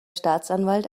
staatsanwalt